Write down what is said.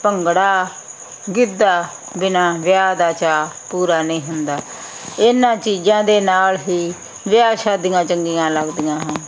ਭੰਗੜਾ ਗਿੱਧਾ ਬਿਨਾਂ ਵਿਆਹ ਦਾ ਚਾਅ ਪੂਰਾ ਨਹੀਂ ਹੁੰਦਾ ਇਹਨਾਂ ਚੀਜ਼ਾਂ ਦੇ ਨਾਲ ਹੀ ਵਿਆਹ ਸ਼ਾਦੀਆਂ ਚੰਗੀਆਂ ਲੱਗਦੀਆਂ ਹਨ